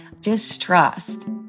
distrust